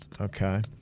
Okay